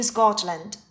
Scotland